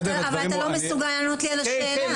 אתה לא מסוגל לענות לי על השאלה.